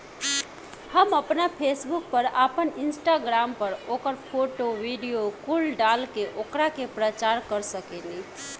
हम आपना फेसबुक पर, आपन इंस्टाग्राम पर ओकर फोटो, वीडीओ कुल डाल के ओकरा के प्रचार कर सकेनी